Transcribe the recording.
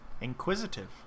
inquisitive